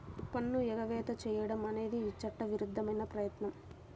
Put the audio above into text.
పన్ను ఎగవేత చేయడం అనేది చట్టవిరుద్ధమైన ప్రయత్నం